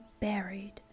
buried